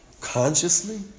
Consciously